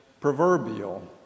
proverbial